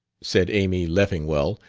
said amy leffingwell,